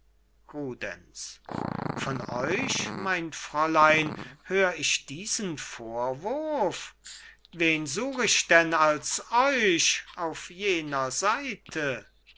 von euch mein fräulein hör ich diesen vorwurf wen such ich denn als euch auf jener seite